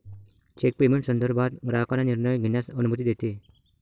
check payment संदर्भात ग्राहकांना निर्णय घेण्यास अनुमती देते